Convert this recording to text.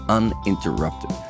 uninterrupted